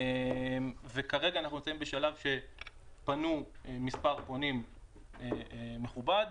וכרגע אנחנו נמצאים בשלב שפנו מספר פונים מכובד,